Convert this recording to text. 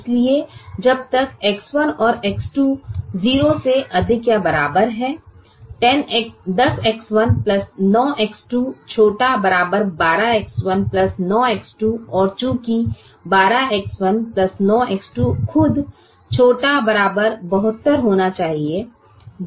अब फिर से वापस जा रहे हैं इसलिए जब तक X1 और X2 0 से अधिक या बराबर है 10X1 9X2 ≤12X1 9X2 और चूंकि 12X1 9X2 खुद ≤ 72 होना चाहिए